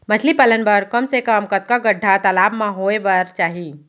मछली पालन बर कम से कम कतका गड्डा तालाब म होये बर चाही?